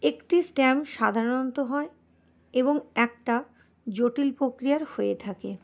একটি স্ট্যাম্প সাধারণত হয় এবং একটা জটিল প্রক্রিয়ার হয়ে থাকে